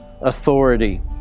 authority